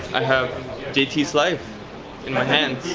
i have jt's life in my hands.